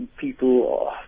People